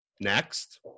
next